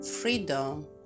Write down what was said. freedom